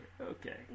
okay